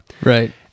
right